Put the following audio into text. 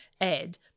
add